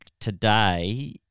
today